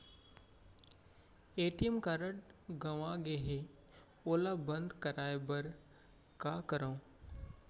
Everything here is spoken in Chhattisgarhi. ए.टी.एम कारड गंवा गे है ओला बंद कराये बर का करंव?